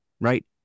right